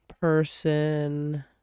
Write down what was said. person